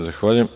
Zahvaljujem.